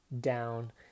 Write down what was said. down